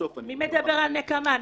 ובסוף --- מי מדבר על נקמה?